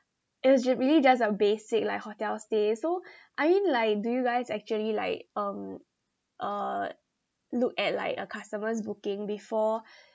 is it really just a basic like hotel stays so I mean like do you guys actually like um uh look at like a customer's booking before